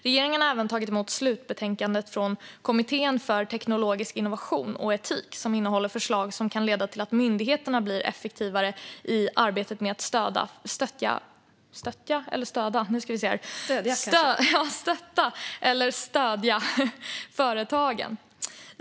Regeringen har även tagit emot slutbetänkandet från Kommittén för teknologisk innovation och etik, som innehåller förslag som kan leda till att myndigheterna blir effektivare i arbetet med att stötta företagen.